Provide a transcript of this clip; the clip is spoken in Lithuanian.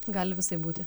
gali visaip būti